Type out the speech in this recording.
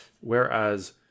Whereas